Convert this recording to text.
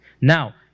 Now